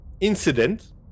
incident